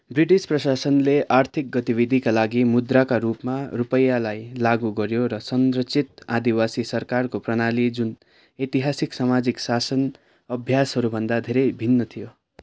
British प्रशासनले आर्थिक गतिविधिका लागि मुद्राका रूपमा रूपैयाँलाई लागु गर्यो र संरचित आदिवासी सरकारको प्रणाली जुन ऐतिहासिक सामाजिक शासन अभ्यासहरूभन्दा धेरै भिन्न थियो